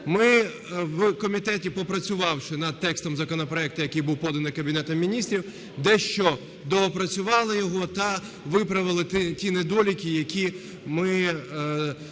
Ми в комітеті, попрацювавши над текстом законопроекту, який був поданий Кабінетом Міністрів, дещо доопрацювали його та виправили ті недоліки, які ми знайшли